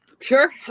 Sure